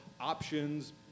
options